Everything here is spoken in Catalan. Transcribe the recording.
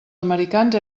americans